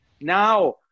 Now